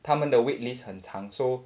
他们的 wait list 很长 so